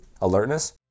alertness